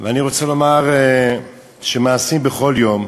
ואני רוצה לומר שמעשים בכל יום,